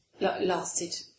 lasted